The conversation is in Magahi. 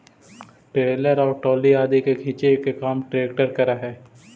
ट्रैलर और ट्राली आदि के खींचे के काम ट्रेक्टर करऽ हई